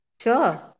Sure